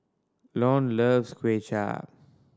Lone loves Kuay Chap